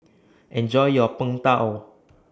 Enjoy your Png Tao